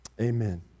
Amen